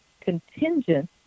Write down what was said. contingent